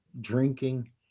drinking